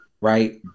right